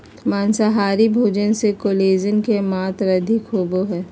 माँसाहारी भोजन मे कोलेजन के मात्र अधिक होवो हय